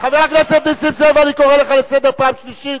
חבר הכנסת נסים זאב, אני קורא לך לסדר פעם שלישית.